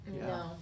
No